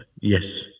Yes